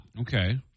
Okay